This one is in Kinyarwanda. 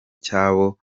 cy’abo